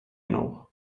nou